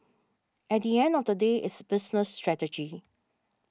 at the end of the day it's business strategy